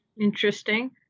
Interesting